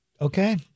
okay